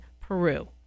Peru